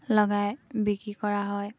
লগাই বিক্ৰী কৰা হয়